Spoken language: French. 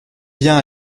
bien